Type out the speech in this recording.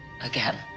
again